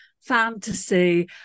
fantasy